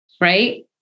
right